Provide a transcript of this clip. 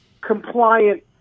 compliant